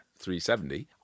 370